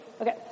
okay